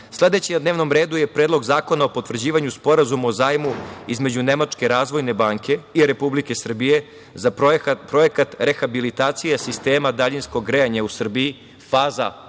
evra. Sledeći na dnevnom redu je Predlog zakona o potvrđivanju Sporazuma o zajmu između Nemačke razvojne banke i Republike Srbije za projekat „Rehabilitacija sistema daljinskog grejanja u Srbiji – faza